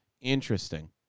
Interesting